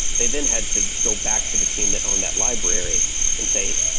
they then had to go back to the team that owned that library and say,